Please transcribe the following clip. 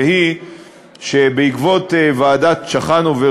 והיא שבעקבות ועדת צ'חנובר,